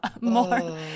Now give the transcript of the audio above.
more